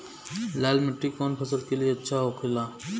लाल मिट्टी कौन फसल के लिए अच्छा होखे ला?